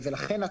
ולכן,